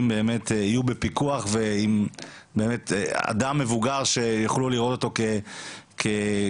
יהיו בפיקוח עם אדם מבוגר שיוכלו לראות אותו כדוגמה.